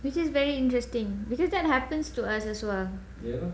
which is very interesting because that happens to us as well